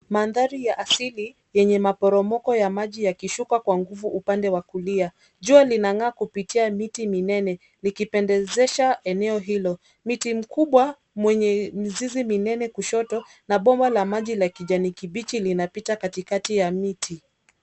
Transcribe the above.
Mandhari ya asili yenye maporomoko ya maji yakishuka kwa nguvu upande wa kulia. Jua linang'aa kupitia miti minene likipendezesha eneo hilo. Miti mkubwa mwenye mizizi minene kushoto na bomba la maji la kijani kibichi linapita katikati ya miti.